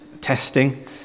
testing